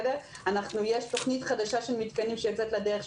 יש תוכנית חדשה של מתקנים שיוצאת לדרך,